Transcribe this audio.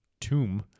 tomb